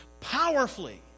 powerfully